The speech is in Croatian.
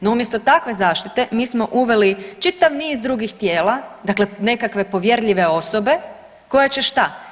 No umjesto takve zaštite mi smo uveli čitav niz drugih tijela, dakle nekakve povjerljive osobe koje će šta?